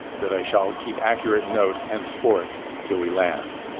that i shall keep accurate note henceforth till we land.